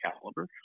caliber